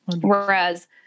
Whereas